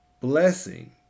blessing